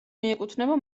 მიეკუთვნება